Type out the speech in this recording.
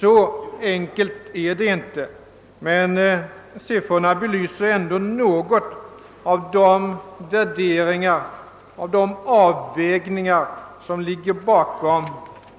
Så enkelt är det inte, men siffrorna belyser ändå något av de bedömningar, de avvägningar som ligger bakom